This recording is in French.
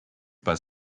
pas